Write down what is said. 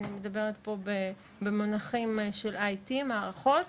אני מדברת פה במונחים של IT של מערכות,